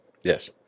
Yes